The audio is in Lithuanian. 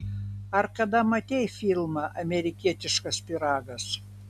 ar kada matei filmą amerikietiškas pyragas